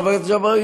חבר הכנסת ג'בארין,